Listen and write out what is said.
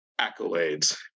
accolades